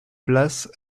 places